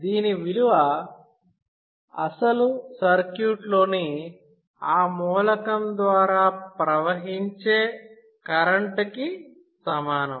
దీని విలువ అసలు సర్క్యూట్లోని ఆ మూలకం ద్వారా ప్రవహించే కరెంట్ కి సమానం